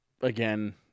Again